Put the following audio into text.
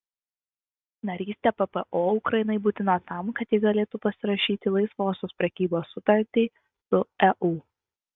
narystė ppo ukrainai būtina tam kad ji galėtų pasirašyti laisvosios prekybos sutartį su eu